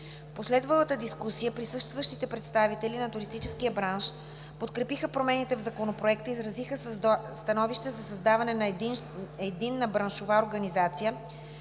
последвалата дискусия присъстващите представители на туристическия бранш подкрепиха промените в Законопроекта и изразиха становище за създаване на единна браншова организация